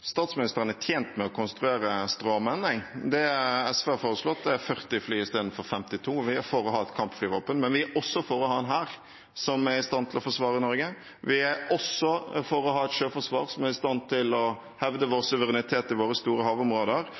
statsministeren er tjent med å konstruere stråmenn. Det SV har foreslått, er 40 fly istedenfor 52, og vi er for å ha et kampflyvåpen. Men vi er også for å ha en hær som er i stand til å forsvare Norge. Vi er også for å ha et sjøforsvar som er i stand til å hevde vår suverenitet i våre store havområder.